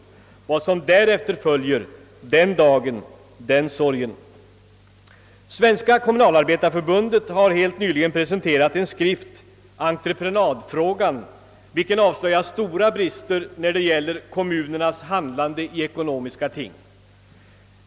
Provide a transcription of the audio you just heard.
Vad som därefter följer: den dagen, den sorgen! Svenska kommunalarbetareförbundet har helt nyligen presenterat en skrift, Entreprenadfrågan, vilken avslöjar sto ra brister när det gäller kommunernas handlande i ekonomiska ting.